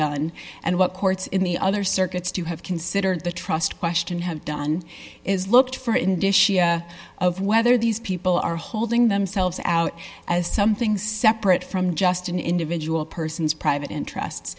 done and what courts in the other circuits to have considered the trust question have done is looked for indicia of whether these people are holding themselves out as something separate from just an individual person's private